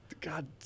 God